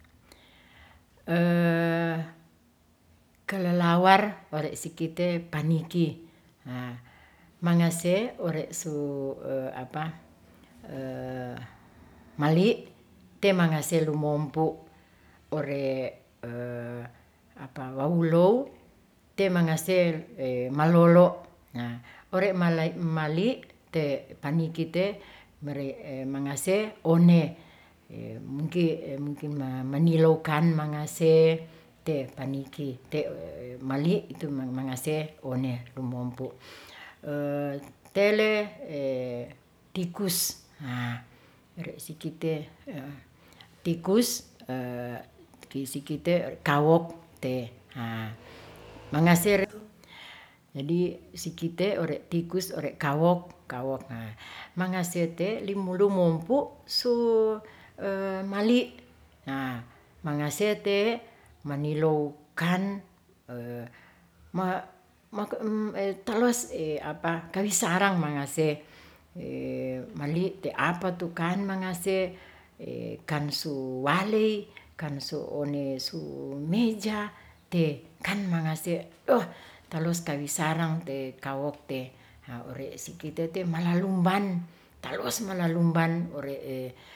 kelelawar ore' si kite paniki. mangase ore' su mali' te mangase lomompu' ore' wawulow te mangase malolo' ore' mali' te paniki te mari' mangase one mungke manilokan mangase te paniki te mali' tumang mangase one dumompu tele tikus ore' sikite tikus disikite kawok te mangase re', jadi sikite ore' tikus ore' kawok, kawok mangase te limu lumompu su mali' mangase te' manilowkan kawisarang mangase mali te apatukan mangase kan su waley kan su onesu meja te kan mangase uhhh taluwas kawisarang te kawok te, haa ore sikite te malalumban taluas malalumban, ore'